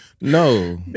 no